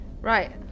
right